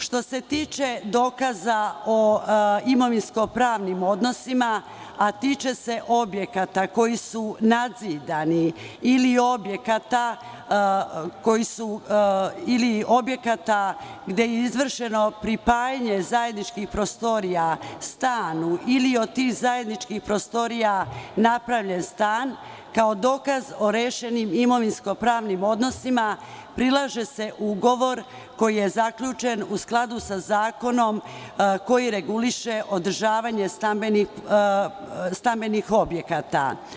Što se tiče dokaza o imovinsko-pravnim odnosima, a tiče se objekata koji su nadzidani ili objekata gde je izvršeno pripajanje zajedničkih prostorija stanu ili od tih zajedničkih prostorija napravljen stan kao dokaz o rešenim imovinsko-pravnim odnosima, prilaže se ugovor koji je zaključen u skladu sa zakonom koji reguliše održavanje stambenih objekata.